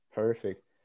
Perfect